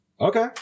Okay